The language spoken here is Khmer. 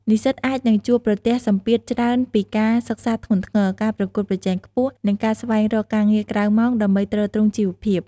និស្សិតអាចនឹងជួបប្រទះសម្ពាធច្រើនពីការសិក្សាធ្ងន់ធ្ងរ ការប្រកួតប្រជែងខ្ពស់ និងការស្វែងរកការងារក្រៅម៉ោងដើម្បីទ្រទ្រង់ជីវភាព។